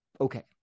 Okay